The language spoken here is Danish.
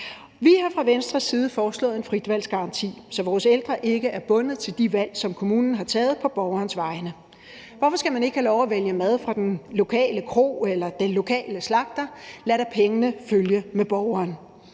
Vi har fra Venstres side foreslået en fritvalgsgaranti, så vores ældre ikke er bundet til de valg, som kommunen har taget på borgerens vegne. Hvorfor skal man ikke have lov at vælge mad fra den lokale kro eller den lokale slagter? Lad da pengene følge med borgeren.